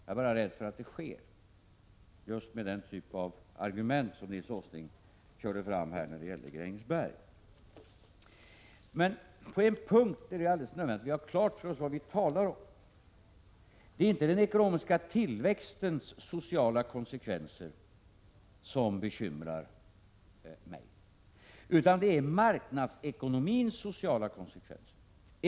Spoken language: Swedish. Jag är bara rädd för att det sker just med den typ av argument som Nils Åsling anförde när det gäller Grängesberg. På en punkt är det nödvändigt att vi gör klart för oss vad vi talar om. Det är inte den ekonomiska tillväxtens sociala konsekvenser som bekymrar mig utan det är marknadsekonomins sociala konsekvenser.